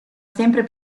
sempre